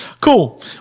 Cool